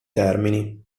termini